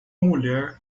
mulher